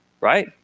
right